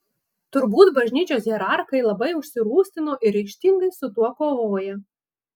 turbūt bažnyčios hierarchai labai užsirūstino ir ryžtingai su tuo kovoja